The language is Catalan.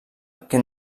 que